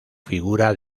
figura